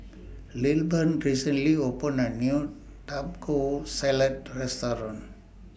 Lilburn recently opened A New Taco Salad Restaurant